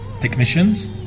technicians